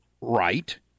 right